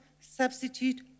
substitute